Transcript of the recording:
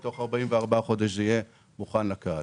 ותוך 44 חודשים זה יהיה מוכן לקהל.